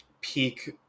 peak